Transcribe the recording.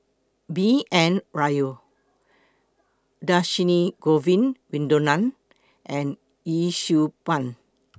B N Rao Dhershini Govin Winodan and Yee Siew Pun